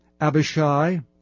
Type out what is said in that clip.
Abishai